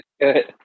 Good